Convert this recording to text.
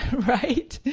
right?